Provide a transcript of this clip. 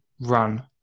run